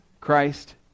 Christ